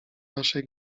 naszej